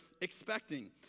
expecting